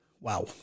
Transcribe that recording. wow